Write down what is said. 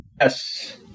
Yes